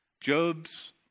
Job's